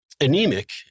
anemic